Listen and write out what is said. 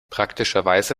praktischerweise